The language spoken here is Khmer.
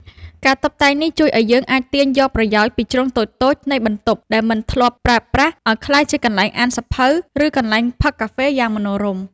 ការតុបតែងនេះជួយឱ្យយើងអាចទាញយកប្រយោជន៍ពីជ្រុងតូចៗនៃបន្ទប់ដែលមិនធ្លាប់ប្រើប្រាស់ ឱ្យក្លាយជាកន្លែងអានសៀវភៅ ឬកន្លែងផឹកកាហ្វេយ៉ាងមនោរម្យ។